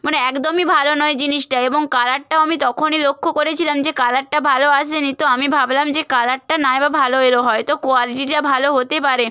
মানে একদমই ভালো নয় জিনিসটা এবং কালারটাও আমি তখনই লক্ষ করেছিলাম যে কালারটা ভালো আসেনি তো আমি ভাবলাম যে কালারটা নাই বা ভালো এল হয়তো কোয়ালিটিটা ভালো হতে পারে